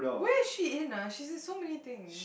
where is she in ah she's in so many thing